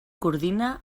coordina